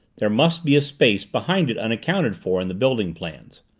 there must be a space behind it unaccounted for in the building plans.